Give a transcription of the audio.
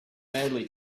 badly